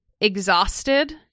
exhausted